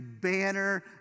banner